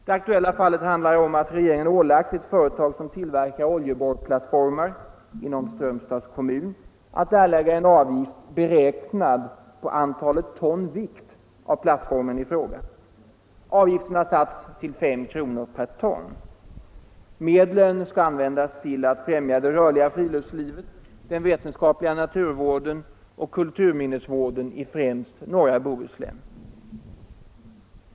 Det aktuella fallet handlar om att regeringen ålagt ett företag som tillverkar oljeborrplattformar inom Strömstads kommun att erlägga en avgift för beräknade antalet ton vikt av plattformarna i fråga. Avgiften har satts till 5 kr. per ton. Medlen skall användas till att främja det rörliga friluftslivet, den vetenskapliga naturvården och kulturminnesvården i främst norra Bohuslän.